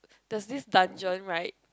there's this dungeon right